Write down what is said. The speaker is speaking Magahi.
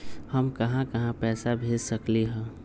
हम कहां कहां पैसा भेज सकली ह?